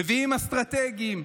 מביאים אסטרטגים,